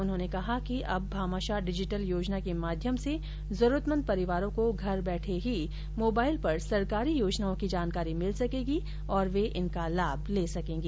उन्होंने कहा कि अब भामाशाह डिजिटल योजना के माध्यम से जरूरतमंद परिवारों को घर बैठे ही मोबाइल पर सरकारी योजनाओं की जानकारी मिल सकेगी और वे इनका लाभ ले सकेंगे